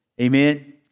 Amen